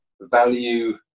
value